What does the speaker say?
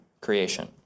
creation